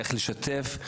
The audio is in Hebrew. איך לשתף,